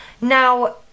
Now